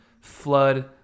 flood